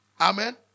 Amen